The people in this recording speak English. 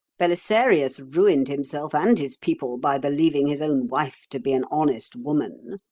belisarius ruined himself and his people by believing his own wife to be an honest woman.